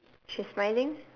she's smiling